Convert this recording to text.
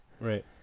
Right